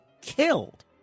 killed